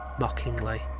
mockingly